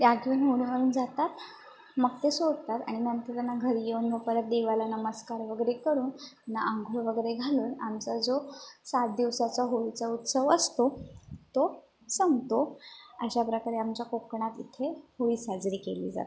त्यातून उडी मारून जातात मग ते सोडतात आणि मग ते त्यांना घरी घेऊन मग परत देवाला नमस्कार वगैरे करून त्यांना आंघोळ वगैरे घालून आमचा जो सात दिवसाचा होळीचा उत्सव असतो तो संपतो अशा प्रकारे आमच्या कोकणात इथे होळी साजरी केली जाते